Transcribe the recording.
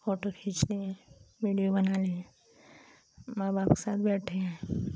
photo खींचते हैं video बना लिए माँ बाप के साथ बैठे हैं